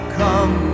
come